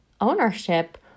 ownership